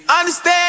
understand